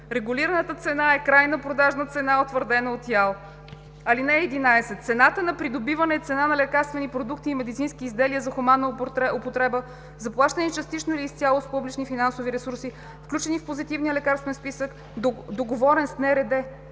Регулираната цена е крайна продажна цена утвърдена от ИАЛ. (11) Цена на придобиване е цена на лекарствени продукти и медицински изделия, за хуманна употреба, заплащани частично или изцяло с публични финансови ресурси, включени в Позитивния лекарствен списък, договорен с НРД